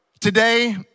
Today